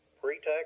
pre-tax